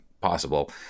possible